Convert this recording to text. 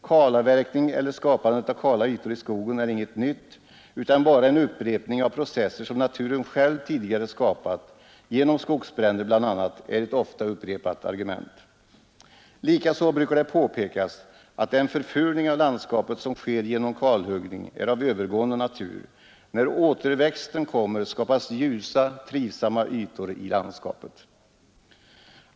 Kalavverkning eller skapandet av kala ytor i skogen är inget nytt utan bara en upprepning av processer som naturen själv tidigare åstadkommit, genom skogsbränder bl.a., är ett ofta upprepat argument. Likaså brukar det påpekas att den förfulning av landskapet som sker genom kalhuggning är av övergående natur. När återväxten kommer skapas ljusa, trivsamma ytor i landskapet.